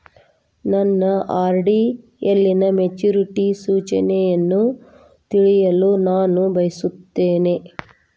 ನನ್ನ ಆರ್.ಡಿ ಯಲ್ಲಿನ ಮೆಚುರಿಟಿ ಸೂಚನೆಯನ್ನು ತಿಳಿಯಲು ನಾನು ಬಯಸುತ್ತೇನೆ